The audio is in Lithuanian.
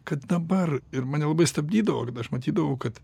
kad dabar ir mane labai stabdydavo kada aš matydavau kad